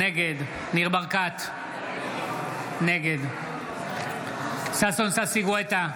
נגד ניר ברקת, נגד ששון ששי גואטה,